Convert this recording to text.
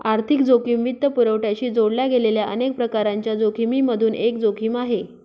आर्थिक जोखिम वित्तपुरवठ्याशी जोडल्या गेलेल्या अनेक प्रकारांच्या जोखिमिमधून एक जोखिम आहे